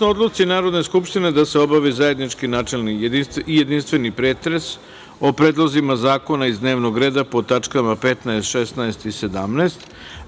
odluci Narodne skupštine da se obavi zajednički načelni i jedinstveni pretres o predlozima zakona iz dnevnog reda po tač. 15, 16. i 17,